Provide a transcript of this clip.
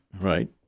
Right